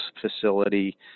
facility